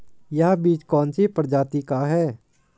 यह बीज कौन सी प्रजाति का है?